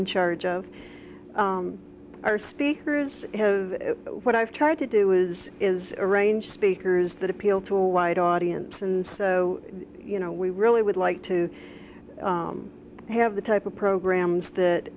in charge of our speakers what i've tried to do is is arrange speakers that appeal to a wide audience and so you know we really would like to have the type of programs that